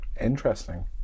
Interesting